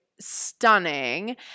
stunning